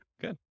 Good